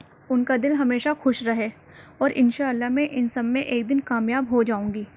ان کا دل ہمشیہ خوش رہے اور ان شاء اللہ میں ان سب میں ایک دن کامیاب ہو جاؤں گی